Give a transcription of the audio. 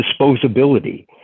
disposability